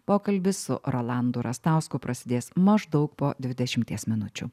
pokalbis su rolandu rastausku prasidės maždaug po dvidešimties minučių